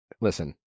listen